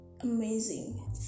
amazing